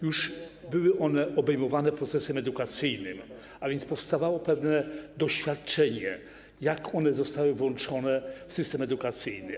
Już były one obejmowane procesem edukacyjnym, a więc powstawało pewne doświadczenie, jak one zostały włączone w system edukacyjny.